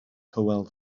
hywel